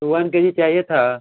तो one K G चाहिए था